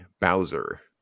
Bowser